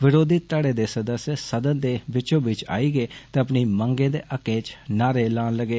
विरोधी कंउे दे सदस्य सदल दे बिच्चो बिच्च आई गेदे अपनी मंगें दे हक्कै च नारे लान लगे